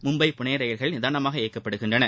மும்பை புனே ரயில்கள் நிதானமாக இயக்கப்படுகின்றன